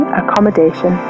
accommodation